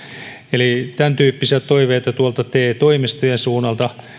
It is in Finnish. eli tämäntyyppisiä toiveita tuolta te toimistojen suunnalta